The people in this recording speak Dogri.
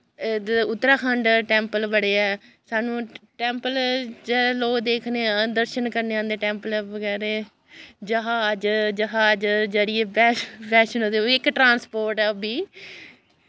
इद्धर उत्तराखंड टैंपल बड़े ऐ सानूं टैंपल च लोक देखने लोक दर्शन करने औंदे टैंपले बगैरा जहाज जहाज जरिये बैष्णो बैश्णो देवी इक ट्रांसपोर्ट ऐ ओह् बी